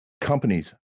companies